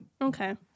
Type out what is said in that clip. Okay